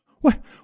What